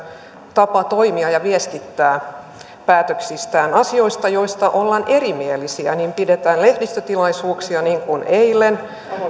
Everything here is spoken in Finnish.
tapaa toimia ja viestittää päätöksistään asioista joista ollaan erimielisiä pidetään lehdistötilaisuuksia niin kuin eilen